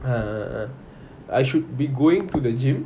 err I should be going to the gym